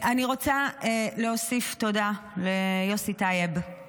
אני רוצה להוסיף תודה ליוסי טייב,